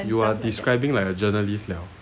you are describing like a journalist liao